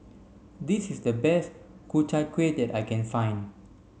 this is the best Ku Chai Kueh that I can find